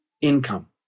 income